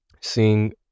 seeing